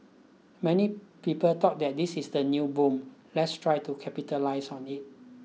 many people thought that this is the new boom let's try to capitalise on it